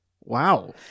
Wow